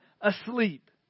asleep